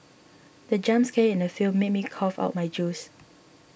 the jump scare in the film made me cough out my juice